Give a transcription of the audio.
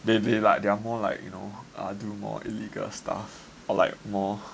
they they like they are more like you know err do more illegal stuff or like more